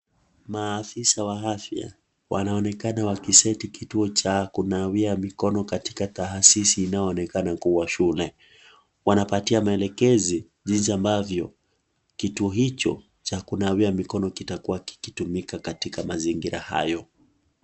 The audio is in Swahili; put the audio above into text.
Maafisa wa afya wanaonekana wakiseti kituo cha kunawia mikono katika taasisi inayo onekana kuwa shule. Wanapatia maelekezi jinsi ambavyo kituo hicho, cha kunawia mikono kitakua kikitumika katika mazingira hayo.